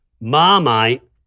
marmite